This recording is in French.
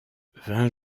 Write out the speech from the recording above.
vingt